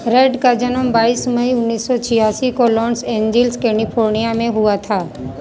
red का जन्म बाईस मई उन्नीस सौ छियासी को लोन्सएंडिल्स कैलिफोर्निया में हुआ था